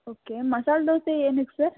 okay masala dosa ಏನಕ್ಕೆ sir